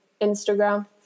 instagram